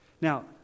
Now